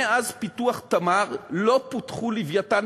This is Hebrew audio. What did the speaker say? מאז פיתוח "תמר" לא פותחו "לווייתן"